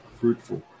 fruitful